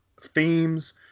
themes